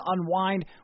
unwind